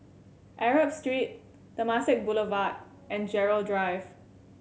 Arab Street Temasek Boulevard and Gerald Drive